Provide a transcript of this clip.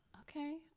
Okay